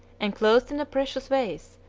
enclosed in a precious vase,